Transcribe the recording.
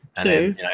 Two